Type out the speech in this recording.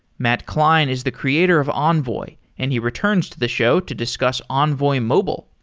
matt kline is the creator of envoy and he returns to the show to discuss envoy mobile.